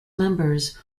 members